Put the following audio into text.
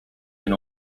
can